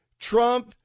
Trump